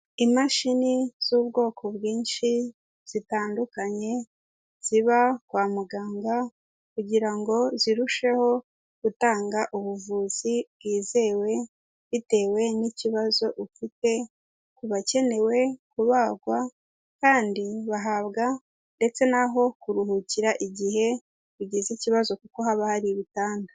Imashini z'ubwoko bwinshi zitandukanye ziba kwa muganga kugira ngo zirusheho gutanga ubuvuzi bwizewe bitewe n'ikibazo ufite, ku bakenewe kubagwa kandi bahabwa ndetse naho kuruhukira igihe ugize ikibazo kuko haba hari ibitanda.